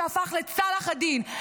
שהפך לצלאח א-דין.